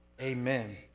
amen